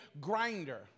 grinder